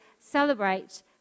celebrate